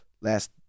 Last